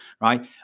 right